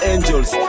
Angels